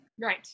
right